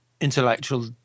intellectual